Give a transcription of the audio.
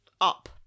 up